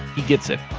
he gets it.